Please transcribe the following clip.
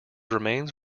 remains